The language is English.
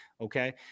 Okay